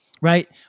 right